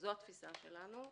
זו תפישתנו.